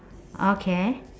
okay